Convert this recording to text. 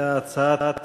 הייתה הצעת